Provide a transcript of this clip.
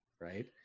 Right